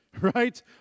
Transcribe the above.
Right